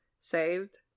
Saved